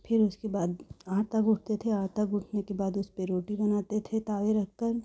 फिर उसके बाद आटा गूथते थे आटा गूथते के बाद उस पे रोटी बनाते थे तावे रखकर